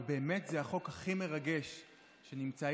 ובאמת זה החוק הכי מרגש שנמצא.